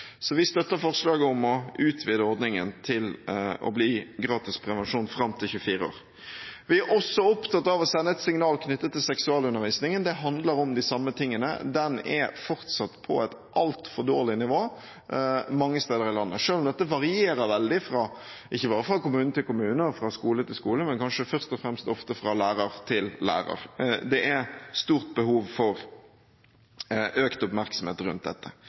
så vi støtter forslaget om å utvide ordningen til å bli gratis prevensjon fram til 24 år. Vi er også opptatt av å sende et signal knyttet til seksualundervisningen. Det handler om de samme tingene. Den er fortsatt på et altfor dårlig nivå mange steder i landet, selv om dette varierer veldig ikke bare fra kommune til kommune og fra skole til skole, men kanskje først og fremst ofte fra lærer til lærer. Det er stort behov for økt oppmerksomhet rundt dette.